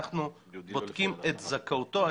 אנחנו בודקים את זכאותו,